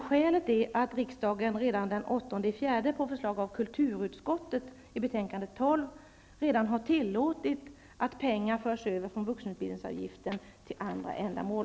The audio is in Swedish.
Skälet är att riksdagen redan den 8 april på förslag av kulturutskottet i betänkande 12 har tillåtit att pengar förs över från vuxenutbildningsavgiften till andra ändamål.